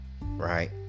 right